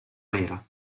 nera